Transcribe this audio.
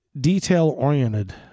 detail-oriented